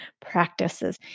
practices